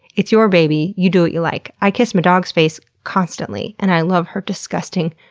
it's your baby, you do what you like. i kiss my dog's face constantly and i love her disgusting,